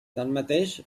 tanmateix